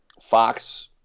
Fox